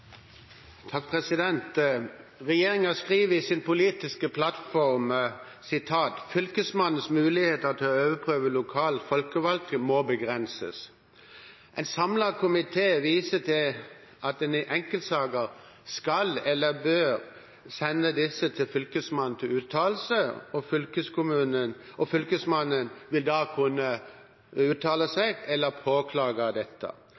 skriver i sin politiske plattform: «Fylkesmannens mulighet til å overprøve lokale folkevalgte forsamlinger må begrenses.» En samlet komité viser til at enkeltsaker skal eller bør sendes til Fylkesmannen til uttalelse, og Fylkesmannen vil da kunne uttale seg om eller påklage